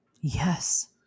Yes